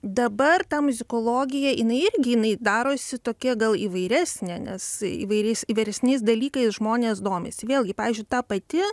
dabar ta muzikologija jinai irgi jinai darosi tokia gal įvairesnė nes įvairiais įvairesniais dalykais žmonės domisi vėlgi pavyzdžiui ta pati